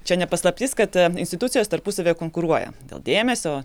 čia ne paslaptis kad institucijos tarpusavyje konkuruoja dėl dėmesio